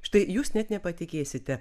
štai jūs net nepatikėsite